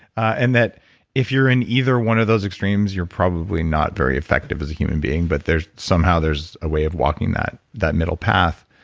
and that if you're in either one of those extremes, you're probably not very effective as a human being, but somehow there's a way of walking that that middle path.